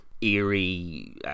eerie